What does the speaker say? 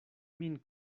min